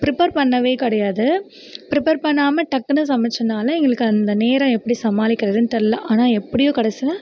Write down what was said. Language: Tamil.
பிரிப்பேர் பண்ணவே கிடையாது பிரிப்பேர் பண்ணாமல் டக்குனு சமைச்சனால எங்களுக்கு அந்த நேரம் எப்படி சமாளிக்கிறதுன்னு தெரியல ஆனால் எப்படியோ கடைசில